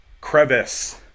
crevice